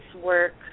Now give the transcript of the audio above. work